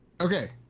Okay